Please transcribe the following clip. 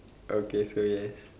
okay so yes